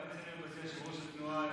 גם אצלנו יושב-ראש התנועה,